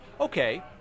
okay